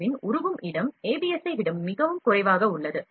ஏ இன் உருகும் இடம் ஏபிஎஸ்ஸை விட மிகவும் குறைவாக உள்ளது